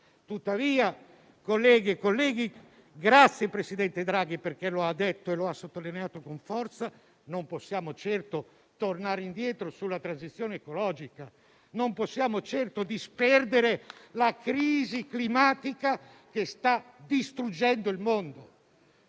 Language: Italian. Tuttavia, colleghe e colleghi - ringrazio il presidente Draghi per averlo detto e sottolineato con forza - non possiamo certo tornare indietro sulla transizione ecologica; non possiamo certo accantonare la crisi climatica che sta distruggendo il mondo.